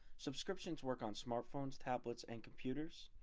subscriptions work on smartphones, tablets and computers.